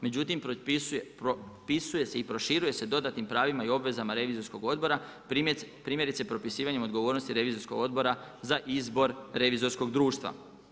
Međutim, propisuje se i proširuje se dodatnim pravima i obvezama Revizorskog odbora primjerice propisivanjem odgovornosti Revizorskog odbora za izbor revizorskog društva.